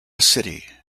city